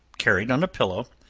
carried on a pillow,